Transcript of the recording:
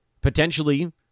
potentially